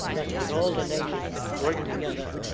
that's when all the nations work together.